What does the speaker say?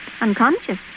Unconscious